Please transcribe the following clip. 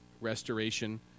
restoration